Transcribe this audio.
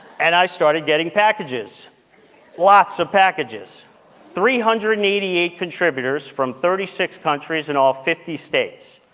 and i started getting packages lots of packages three hundred and eighty eight contributors from thirty six countries in all fifty states.